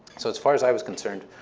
so as far as i was concerned,